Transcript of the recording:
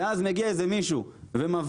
ואז מגיע איזה מישהו ומבריח,